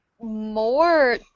more